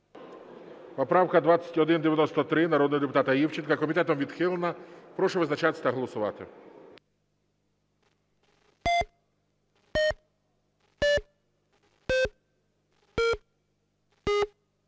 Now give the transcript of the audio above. Поправка 2193 народного депутата Івченка. Комітетом відхилена. Прошу визначатися та голосувати.